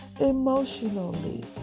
emotionally